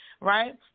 right